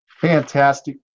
Fantastic